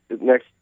next